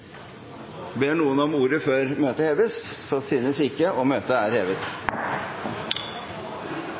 Ber noen om ordet før møtet heves? – Så synes ikke, og møtet er hevet.